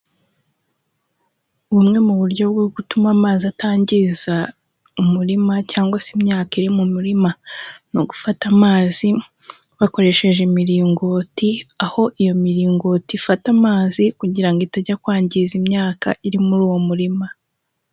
Bumwe mu buryo bwo gutuma amazi atangiza umurima cyangwa se imyaka iri mu murima. Ni ugufata amazi bakoresheje imiringoti, aho iyo miringoti ifata amazi, kugira atajya kwangiza imyaka iri muri uwo murima.